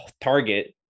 Target